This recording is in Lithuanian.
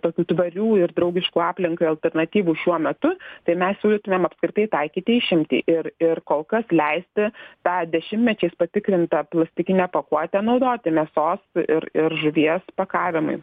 tokių tvarių ir draugiškų aplinkai alternatyvų šiuo metu tai mes siūlytumėm apskritai taikyti išimtį ir ir kol kas leisti tą dešimtmečiais patikrintą plastikinę pakuotę naudoti mėsos ir ir žuvies pakavimui